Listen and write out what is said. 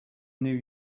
new